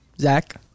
Zach